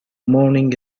morning